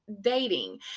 Dating